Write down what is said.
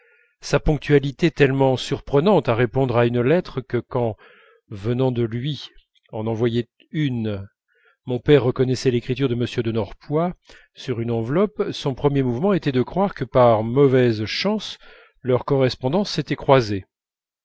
sa ponctualité tellement surprenante à répondre à une lettre que quand venant de lui en envoyer une mon père reconnaissait l'écriture de m de norpois sur une enveloppe son premier mouvement était de croire que par mauvaise chance leur correspondance s'était croisée